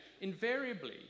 invariably